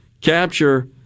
capture